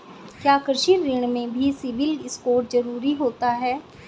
क्या कृषि ऋण में भी सिबिल स्कोर जरूरी होता है?